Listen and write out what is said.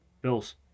Bills